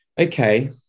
Okay